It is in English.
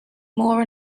more